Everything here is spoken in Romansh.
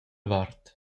vart